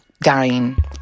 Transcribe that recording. dying